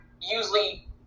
usually